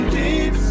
deep